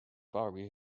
bari